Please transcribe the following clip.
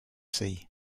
sea